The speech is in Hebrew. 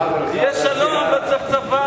לא צריך צבא,